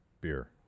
beer